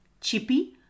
Chippy